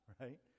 right